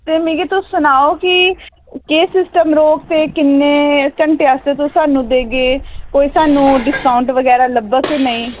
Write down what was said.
ते मिगी तुस सनाओ कि केह् सिस्टम रौह्ग ते किन्ने घैंटै आस्तै तुस सानू देगे कोई सानू डिस्कोंट बगैरा लब्भग कि नेईं